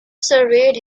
surveyed